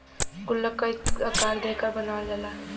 गुल्लक क कई आकार देकर बनावल जाला